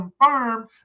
confirmed